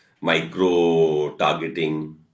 micro-targeting